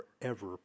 forever